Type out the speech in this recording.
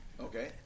Okay